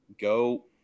go